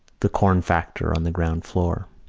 the corn-factor on the ground floor.